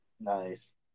Nice